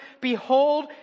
Behold